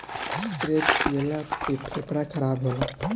cigarette पियला से फेफड़ा खराब होला